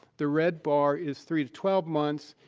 the red bar is three to twelve months,